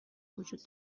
وجود